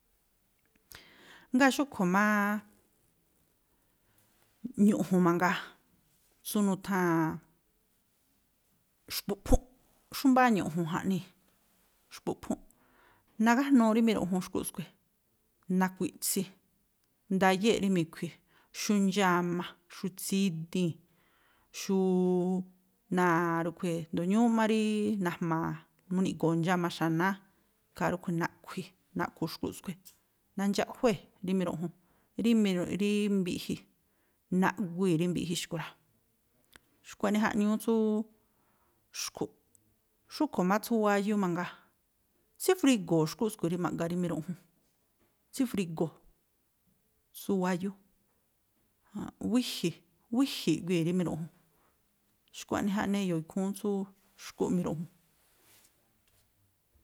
Ngáa̱ xúꞌkhui̱ mááá ñu̱ꞌju̱n mangaa, tsú nutháa̱n xpu̱ꞌphúnꞌ, xú mbáá ñu̱ꞌju̱n jaꞌnii̱, xpu̱ꞌphúnꞌ. Nagájnuu rí miruꞌjun xkúꞌ skui̱, nakui̱ꞌtsi, ndayéꞌ rí mi̱khui̱, xú ndxáma, xú tsídíi̱n, xúúú, náa̱ rúꞌkhui̱, a̱jndo̱o ñúúꞌ má rí najma̱a̱, mú niꞌgo̱o̱ ndxáma xanáá. Ikhaa rúꞌkhui̱ naꞌkhui̱, naꞌkhu̱ xkúꞌ skui̱, nandxaꞌjuée̱ rí miruꞌjun, rí rííí mbiꞌji, naꞌguii̱ rí mbiꞌji xkui̱ rá. Xkua̱ꞌnii jaꞌñúú tsúúú. Xúꞌkhui̱ má tsú wáyú mangaa, tsífrigo̱o̱ xkúꞌ skui̱ rí ma̱ꞌga rí miruꞌjun, tsífrigo̱o̱ tsú wáyú, wíji̱, wíji̱ iꞌguii̱ rí miruꞌjun. Xkua̱ꞌnii jaꞌnii e̱yo̱o̱ ikhúún tsú xkúꞌ miruꞌjun.